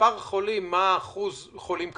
ממספר החולים, מה אחוז החולים הקשים?